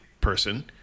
person